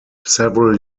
several